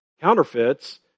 counterfeits